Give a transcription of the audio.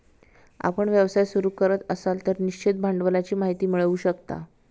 आपण व्यवसाय सुरू करत असाल तर निश्चित भांडवलाची माहिती मिळवू शकता